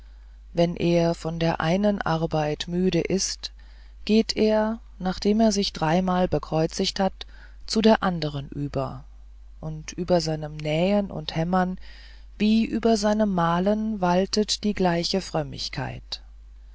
wenn er von der einen arbeit müde ist geht er nachdem er sich dreimal bekreuzt hat zu der anderen über und über seinem nähen und hämmern wie über seinem malen waltet die gleiche frömmigkeit